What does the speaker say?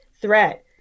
threat